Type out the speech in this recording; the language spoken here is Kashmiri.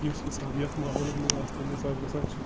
یُس حِساب یَتھ ماحولَس منٛز آسہِ تَمہِ حساب گژھان چھِ